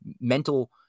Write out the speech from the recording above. mental